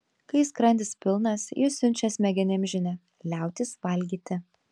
kai skrandis pilnas jis siunčia smegenims žinią liautis valgyti